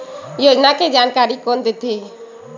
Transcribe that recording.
योजना के जानकारी कोन दे थे?